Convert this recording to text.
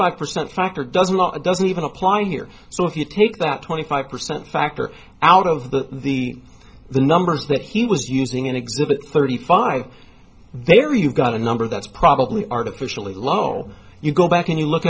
five percent factor does not it doesn't even apply here so if you take that twenty five percent factor out of the the the numbers that he was using in exhibit thirty five there you've got a number that's probably artificially low you go back and you look